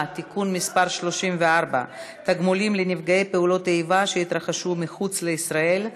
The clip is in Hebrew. (תיקון מס' 34) (תגמולים לנפגעי פעולות איבה שהתרחשו מחוץ לישראל),